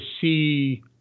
see